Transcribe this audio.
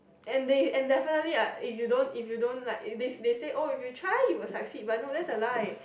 and they and definitely I if you don't if you don't like they they said oh if you try you will succeed but no that's a lie